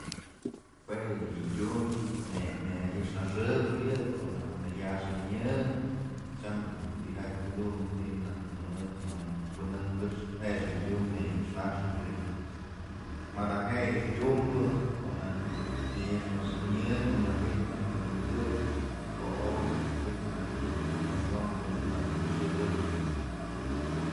Jue yë tyum nay na'ayxnaxëp yë ko'o nak nëkyaxanyë tyam dun tijatyë dun ti'i najk dun mëdë mam wi'injëp këxpë je'e dun tyum na'ayxnaxëp yë madaje'e yë tyumbë ko'o naj na'ayxnaxanyë ko'o najk wi'it tëm pëkëy pë wi'it najk dun maxon du maxon dun mat nëkyëxëk këp.